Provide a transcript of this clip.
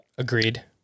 Agreed